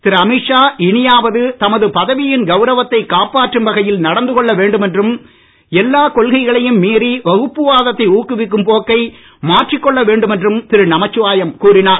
திரு அமீத்ஷா இனியாவது தமது பதவியின் கௌரவத்தை காப்பாற்றும் வகையில் நடந்து கொள்ள வேண்டும் என்றும் எல்லாக் கொள்கைகளையும் மீறி வகுப்புவாதத்தை ஊக்குவிக்கும் போக்கை மாற்றிக் கொள்ள வேண்டும் என்றும் திரு நமச்சிவாயம் கூறினார்